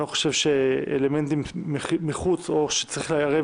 אני לא חושב שאלמנטים מחוץ או שצריך לערב